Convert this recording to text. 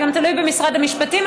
זה גם תלוי במשרד המשפטים.